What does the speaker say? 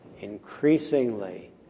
increasingly